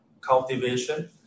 cultivation